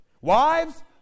Wives